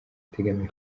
itegamiye